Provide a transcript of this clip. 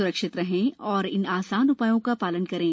स्रक्षित रहें और इन आसान उप्रायों का शालन करें